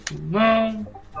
No